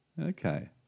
Okay